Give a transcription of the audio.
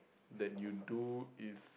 that you do is